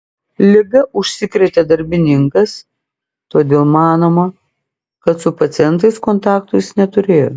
liga užsikrėtė darbininkas todėl manoma kad su pacientais kontakto jis neturėjo